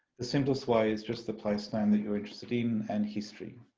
the simplest way is just the placename that you're interested in and history.